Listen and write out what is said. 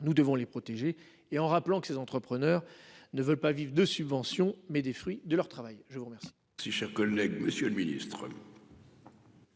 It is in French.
Nous devons les protéger et en rappelant que ces entrepreneurs ne veulent pas vivre de subventions, mais des fruits de leur travail. Je vous remercie. Si cher collègue, Monsieur le Ministre.